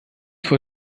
vor